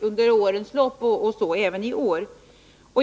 under årens lopp fått detta stöd, så även i år.